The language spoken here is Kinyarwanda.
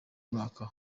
mwaka